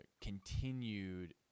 continued